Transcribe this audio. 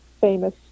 famous